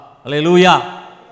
Hallelujah